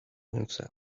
himself